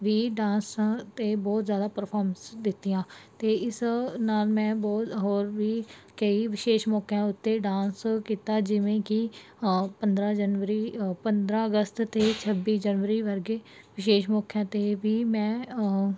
ਵੀ ਡਾਂਸਾਂ ਅਤੇ ਬਹੁਤ ਜ਼ਿਆਦਾ ਪਰਫੋਰਮਸ ਦਿੱਤੀਆਂ ਅਤੇ ਇਸ ਨਾਲ ਮੈਂ ਬੋ ਹੋਰ ਵੀ ਕਈ ਵਿਸ਼ੇਸ਼ ਮੌਕਿਆਂ ਉੱਤੇ ਡਾਂਸ ਕੀਤਾ ਜਿਵੇਂ ਕਿ ਪੰਦਰਾਂ ਜਨਵਰੀ ਪੰਦਰਾਂ ਅਗਸਤ ਅਤੇ ਛੱਬੀ ਜਨਵਰੀ ਵਰਗੇ ਵਿਸ਼ੇਸ਼ ਮੌਕਿਆਂ 'ਤੇ ਵੀ ਮੈਂ